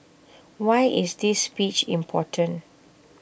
why is this speech important